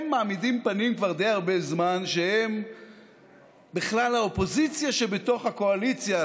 הם מעמידים פנים כבר די הרבה זמן שהם בכלל האופוזיציה שבתוך הקואליציה.